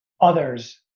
others